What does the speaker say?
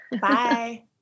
Bye